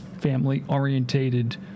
family-orientated